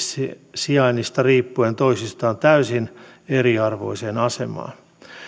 sijainnista riippuen toisistaan täysin eriarvoiseen asemaan